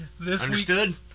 Understood